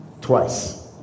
twice